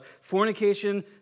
fornication